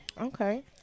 Okay